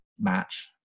match